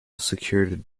secured